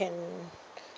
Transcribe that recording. can